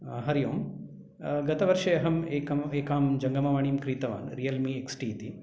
हरि ओं गतवर्षे अहम् एकम् एकां जङ्गमवाणीं क्रीतवान् रियल्मि एक्स्टि इति